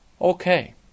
Okay